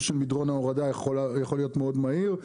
של מדרון ההורדה יכול להיות מאוד מהיר,